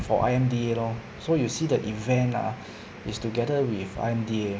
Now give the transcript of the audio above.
for I_M_D_A lor so you see the event ah is together with I_M_D_A